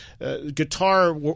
Guitar